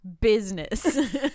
business